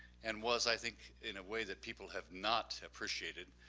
and was i think, in a way that people have not appreciated,